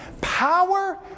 power